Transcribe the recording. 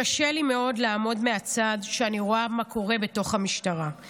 קשה לי מאוד לעמוד מהצד כשאני רואה מה קורה בתוך המשטרה.